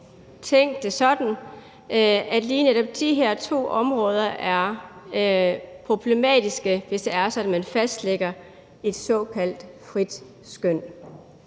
tænkt det sådan, at lige netop de her to områder er problematiske, hvis det er sådan, at man fastlægger et såkaldt frit skøn.